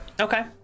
Okay